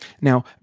Now